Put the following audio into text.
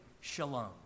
shalom